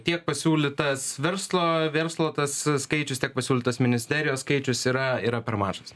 tiek pasiūlytas verslo verslo tas skaičius tiek pasiūlytas ministerijos skaičius yra yra per mažas